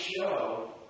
show